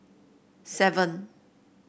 seven